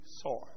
saw